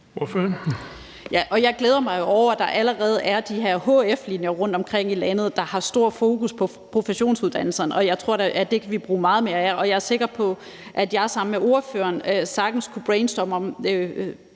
jeg glæder mig jo over, at der allerede er de her hf-linjer rundtomkring i landet, der har stort fokus på professionsuddannelserne, og jeg tror da, at vi kan bruge meget mere af det, og jeg er sikker på, at jeg sammen med ordføreren sagtens kunne brainstorme –